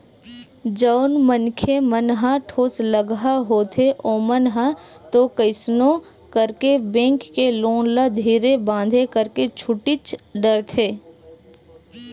जउन मनखे मन ह ठोसलगहा होथे ओमन ह तो कइसनो करके बेंक के लोन ल धीरे बांधे करके छूटीच डरथे